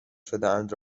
شدهاند